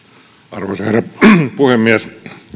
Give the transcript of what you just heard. arvoisa herra puhemies